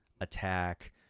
attack